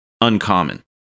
uncommon